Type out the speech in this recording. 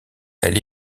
elle